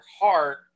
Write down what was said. heart